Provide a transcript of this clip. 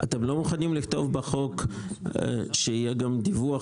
אתם לא מוכנים לכתוב בחוק שיהיה גם דיווח